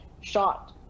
shot